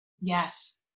yes